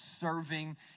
serving